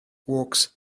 walks